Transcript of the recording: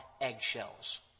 eggshells